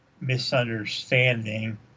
misunderstanding